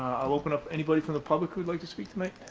i'll open up anybody from the public who'd like to speak tonight.